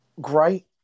great